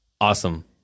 Awesome